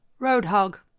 Roadhog